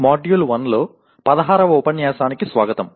module 1 లో 16వ ఉపన్యాసానికి స్వాగతం